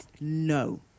No